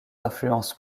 influencent